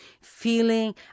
feeling